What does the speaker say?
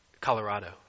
Colorado